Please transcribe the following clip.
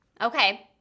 Okay